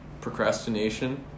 Procrastination